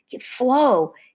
Flow